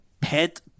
pet